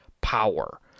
power